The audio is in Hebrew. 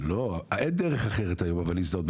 אבל אין דרך אחרת היום להזדהות.